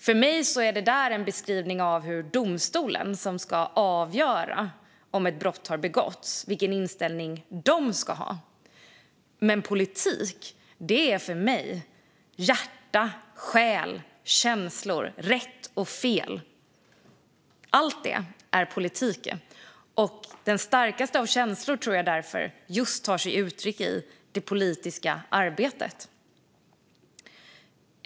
För mig är det där en beskrivning av vilken inställning domstolen, som ska avgöra om ett brott har begåtts, ska ha. Men politik är för mig hjärta, själ, känslor och rätt och fel. Allt det är politik. De starkaste känslorna tror jag därför tar sig uttryck i det politiska arbetet.